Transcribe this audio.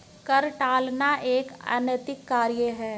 कर टालना एक अनैतिक कार्य है